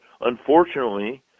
Unfortunately